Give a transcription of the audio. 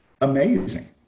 amazing